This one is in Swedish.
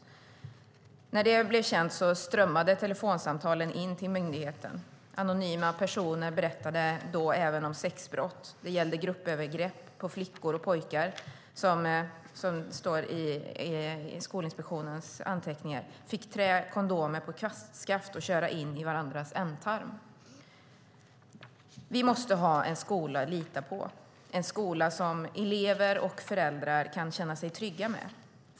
När det blev känt strömmade telefonsamtal in till myndigheten. Anonyma personer berättade då även om sexbrott. Det gällde gruppövergrepp på flickor och pojkar, som enligt Skolinspektionens anteckningar fick trä kondomer på kvastskaft och köra in i varandras ändtarm. Vi måste ha en skola att lita på, en skola som elever och föräldrar kan känna sig trygga med.